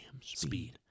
Speed